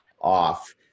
off